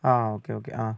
ആ okay okay ആ